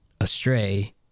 astray